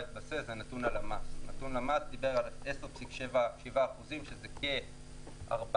להתבסס הוא נתון הלמ"ס שדיבר על 10,7% שזה כ-420,000